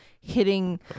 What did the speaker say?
hitting